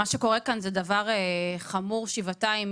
מה שקורה כאן זה דבר זה דבר חמור שבעתיים,